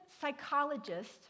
psychologist